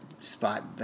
spot